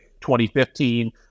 2015